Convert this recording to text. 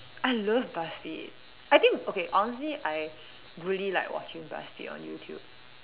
I love Buzzfeed I think okay honestly I really like watching Buzzfeed on YouTube